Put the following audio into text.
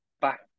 back